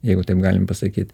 jeigu taip galim pasakyt